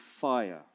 fire